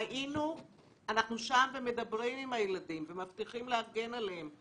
אנחנו שם ומדברים עם הילדים ומבטיחים להגן עליהם.